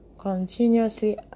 Continuously